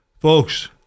Folks